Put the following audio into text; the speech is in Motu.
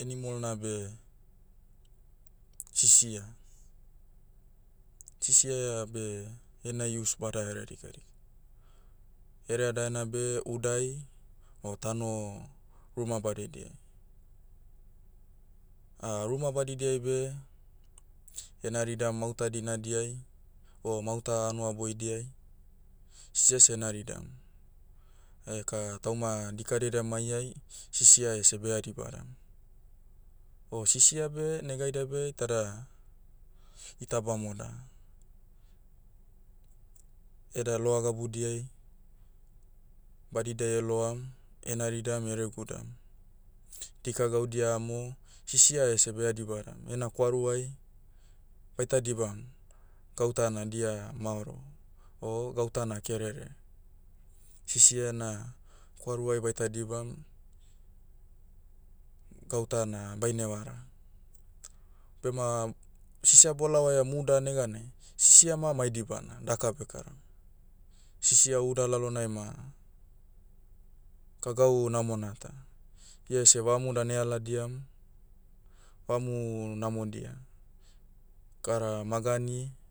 animal na beh, sisia. Sisia beh, ena use badaherea dikadika. Hereadaena beh udai, o tano, ruma badidia. ruma badidiai beh, enaridam mahuta dinadiai, o mahuta hanuaboidiai, sisia seh enaridam. Aeka tauma, dikadeda maiai, sisia ese beha dibadam. O sisia beh negaida beh iteda, ita bamoda. Eda loa gabudiai, badidai eloam, enaridam eregudam. Dika gaudia amo, sisia ese beha dibadam ena kwaruai, baita dibam, gauta na dia maoro. O, gauta na kerere. Sisia na, kwaruai baita dibam, gauta na baine vara. Bema, sisia bolaohaiam uda neganai, sisia ma mai dibana daka bekaram. Sisia uda lalonai ma, kagau namona ta. Iese vamu dan ealadiam, vamu, namodia. Kara magani,